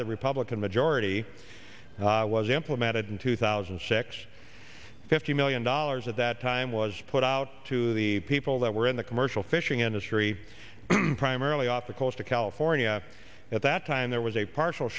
the republican majority was implemented in two thousand and six fifty million dollars at that time was put out to the people that were in the commercial fishing industry primarily off the coast of california at that time there was a partial